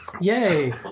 Yay